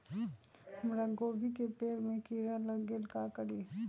हमरा गोभी के पेड़ सब में किरा लग गेल का करी?